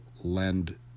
lend